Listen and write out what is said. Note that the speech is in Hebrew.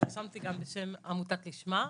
נרשמתי גם בשם עמותת 'לשמה'.